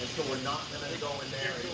but we're not gonna go in there